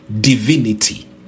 divinity